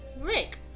Rick